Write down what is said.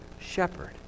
shepherd